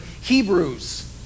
Hebrews